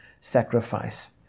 sacrifice